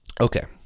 Okay